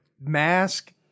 Mask